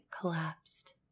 collapsed